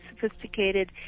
sophisticated